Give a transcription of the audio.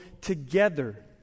together